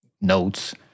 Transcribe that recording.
notes